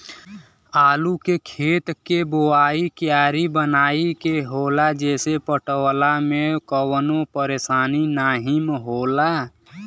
आलू के खेत के बोवाइ क्यारी बनाई के होला जेसे पटवला में कवनो परेशानी नाहीम होला